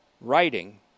writing